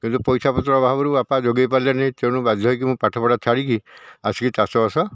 କିନ୍ତୁ ପଇସାପତ୍ର ଅଭାବରୁ ବାପା ଯୋଗେଇ ପାରିଲେନି ତେଣୁ ବାଧ୍ୟ ହୋଇକି ମୁଁ ପାଠପଢ଼ା ଛାଡ଼ିକି ଆସିକି ଚାଷବାସ